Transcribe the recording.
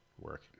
work